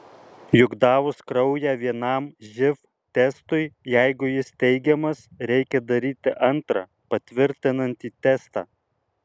juk davus kraują vienam živ testui jeigu jis teigiamas reikia daryti antrą patvirtinantį testą